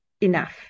enough